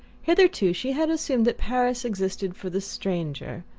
hitherto she had assumed that paris existed for the stranger,